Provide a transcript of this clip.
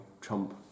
Trump